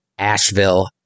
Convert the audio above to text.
Asheville